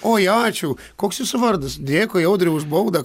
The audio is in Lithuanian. oj ačiū koks jūsų vardas dėkui audriaus už baudą